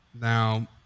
Now